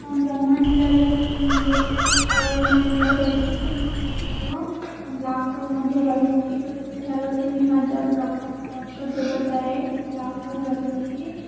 ଆମ ବ୍ରହ୍ମାଣ୍ଡରେ ଯେତେ ଯେ ପ୍ରକାର ସୌରମଣ୍ଡଳ ରହିଛି ସେ ପ୍ରକାର ବ୍ଲାକହୋଲ ମଧ୍ୟ ରହିଛି ପୃଥିବୀ ଠାରୁ ତିନି ହଜାର ପ୍ରକାଶ ବର୍ଷ ଦୂରତାରେ ଏକ ବ୍ଲାକହୋଲ ରହିଛି